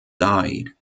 died